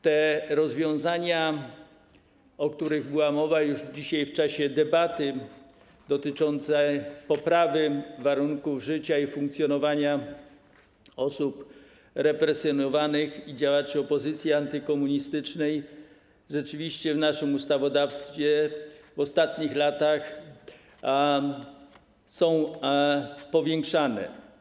Te rozwiązania, o których była mowa już dzisiaj w czasie debaty, dotyczące poprawy warunków życia i funkcjonowania osób represjonowanych i działaczy opozycji antykomunistycznej, rzeczywiście w naszym ustawodawstwie w ostatnich latach są powiększane, rozszerzane.